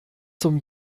zum